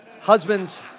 husbands